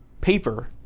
paper